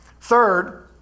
Third